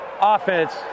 offense